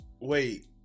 Wait